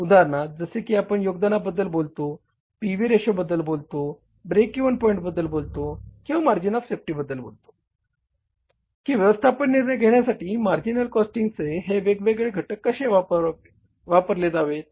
उदाहरणार्थ जसे की आपण योगदानाबद्द्ल बोलतो पी व्ही रेशोबद्दल बोलतो ब्रेक इव्हन पॉईंबद्दल बोलतो किंवा मार्जिन ऑफ सेफ्टीबद्दल बोलतो की व्यवस्थापन निर्णय घेण्यासाठी मार्जिनल कॉस्टिंगचे हे वेगवेगळे घटक कशे वापरले जातात